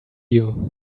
you